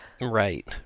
Right